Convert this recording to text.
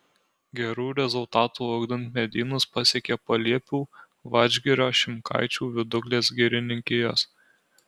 gerų rezultatų ugdant medynus pasiekė paliepių vadžgirio šimkaičių viduklės girininkijos